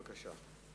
בבקשה.